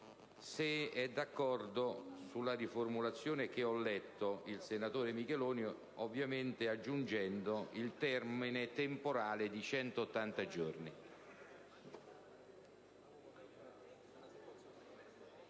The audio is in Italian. è d'accordo sulla riformulazione che ho letto, ovviamente aggiungendo il termine temporale di 180 giorni.